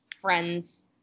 friends